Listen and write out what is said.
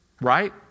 Right